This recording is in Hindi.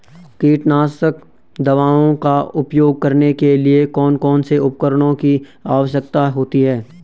कीटनाशक दवाओं का उपयोग करने के लिए कौन कौन से उपकरणों की आवश्यकता होती है?